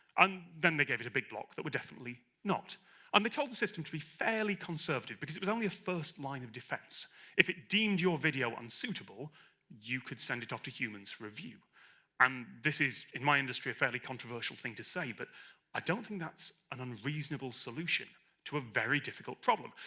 and then they gave it a big block that were definitely not and they told the system to be fairly conservative because it was only a first line of defence if it deemed your video unsuitable you could send it off to humans for review and um this is, in my industry a fairly controversial thing to say, but i don't think that's an unreasonable solution to a very difficult problem.